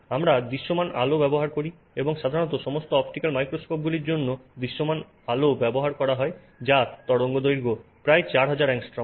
আমরা দৃশ্যমান আলো ব্যবহার করি এবং সাধারণত সমস্ত অপটিক্যাল মাইক্রোস্কোপগুলির জন্য দৃশ্যমান আলো ব্যবহার করা হয় যার তরঙ্গদৈর্ঘ্য প্রায় 4000 অ্যাংস্ট্রোম হয়